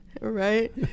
Right